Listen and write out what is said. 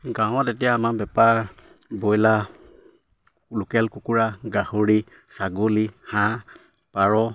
গাঁৱত এতিয়া আমাৰ বেপাৰ ব্ৰইলাৰ লোকেল কুকুৰা গাহৰি ছাগলী হাঁহ পাৰ